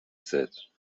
said